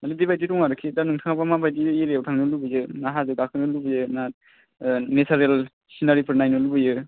माने बेबायदि दं आरो कि दा नोंथाङाबा माबायदि एरियायाव थांनो लुबैयो ना हाजो गाखोनो लुबैयो ना नेचारेल सिनारिफोर नायनो लुबैयो